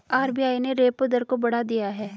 RBI ने repo दर को बढ़ा दिया है